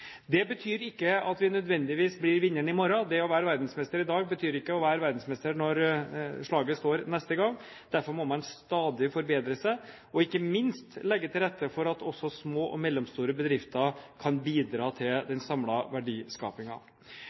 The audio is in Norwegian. Det betyr ikke at vi nødvendigvis blir vinneren i morgen. Det å være verdensmester i dag betyr ikke å være verdensmester når slaget står neste gang. Derfor må man stadig forbedre seg og ikke minst legge til rette for at også små og mellomstore bedrifter kan bidra til den